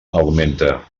augmenta